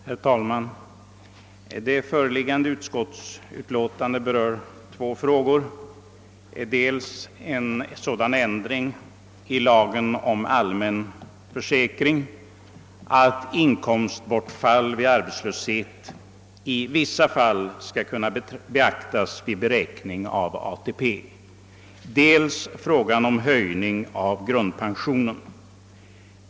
Herr talman! Det föreliggande utskottsutlåtandet berör två frågor, dels en sådan ändring i lagen om allmän försäkring att inkomstbortfall vid arbetslöshet i vissa fall skall kunna beaktas vid beräkning av ATP, dels en höjning av grundpensionen.